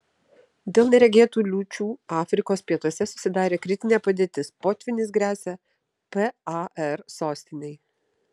dėl neregėtų liūčių afrikos pietuose susidarė kritinė padėtis potvynis gresia par sostinei